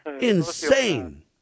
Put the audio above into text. Insane